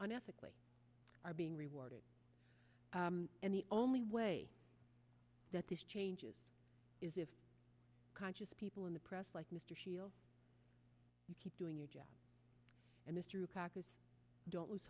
unethically are being rewarded and the only way that this changes is if conscious people in the press like mr shields you keep doing your job and it's true don't lose